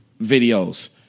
videos